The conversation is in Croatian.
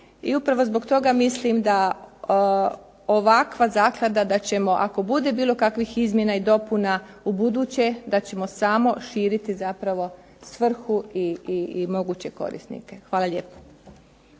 i upravo zbog toga mislim da ovakva zaklada, da ćemo ako bude bilo kakvih izmjena i dopuna da ćemo samo širiti zapravo svrhu i moguće korisnike. Hvala lijepo.